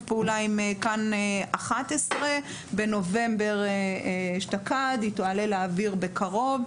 פעולה עם כאן 11. היא תועלה לאוויר בקרוב.